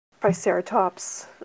triceratops